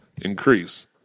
increase